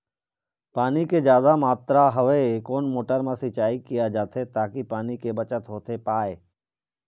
पानी के जादा मात्रा हवे कोन मोटर मा सिचाई किया जाथे ताकि पानी के बचत होथे पाए?